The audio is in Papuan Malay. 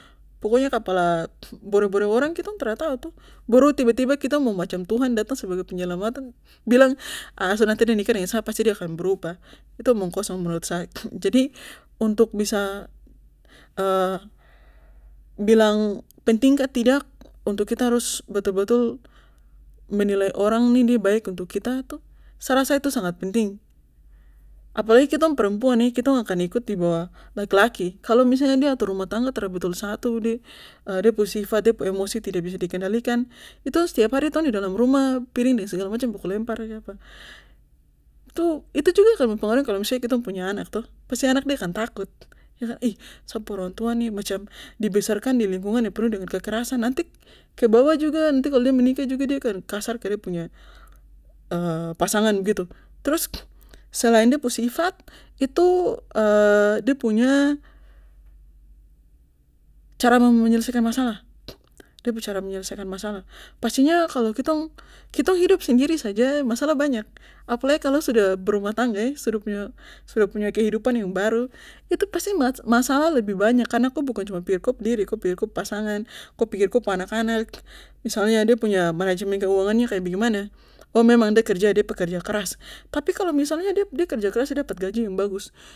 Pokoknya kapala bore bore orang kitong tra tau toh baru tiba tiba kitong macam tuhan datang sebagai penyelamatan bilang ah sudah nanti de nikah dengan sa pasti de akan berubah itu omong kosong menurut saya jadi untuk bisa bilang penting kah tidak untuk kita harus betul betul menilai orang nih de baik untuk kita tuh sa rasa itu sangat penting apalagi kitong perempuan kitong akan ikut dibawah laki laki kalo misalnya de atur rumah tangga tra betul satu de de pu sifat de pu emosi tidak bisa di kendalikan itu setiap hari tong di dalam rumah piring dan segala macam baku lempar saja kapa itu juga kalo kemarin kemarin misalnya kitong punya anak toh pasti anak de akan takut ih sa pu orang tua nih macam dibesarkan di lingkungan yang penuh dengan kekerasan nanti kebawa juga nanti kalo de menikah de juga akan kasar ke de punya pasangan begitu trus selain de pu sifat itu de punya cara menyelesaikan masalah de punya cara menyelesaikan de pu masalah pastinya kalo kitong kitong hidup sendiri saja maslah banyak apalagi kalo sudah berumah tangga sudah punya sudah punya kehidupan yang baru itu pasti masalah lebih banyak karena bukan cuma pikit ko pu diri ko pikir ko pu pasangan ko pikir anak anak misalnya de punya management keuangan kaya bagaimana oh memang de kerja de pekerja keras tapi kalo misalnya de kerja keras de dapat gaji bagus